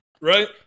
Right